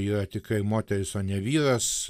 yra tikrai moteris o ne vyras